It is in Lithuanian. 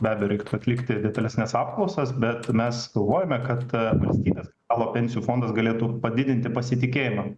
be abejo reiktų atlikti detalesnes apklausas bet mes galvojame kad valstybės talo pensijų fondas galėtų padidinti pasitikėjimą